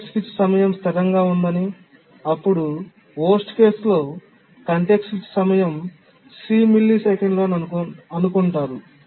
context switch సమయం స్థిరంగా ఉందని అప్పుడు worst case లో కాంటెక్స్ట్ స్విచ్ సమయం c మిల్లీసెకన్లు అని అనుకుంటారు